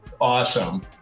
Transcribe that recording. awesome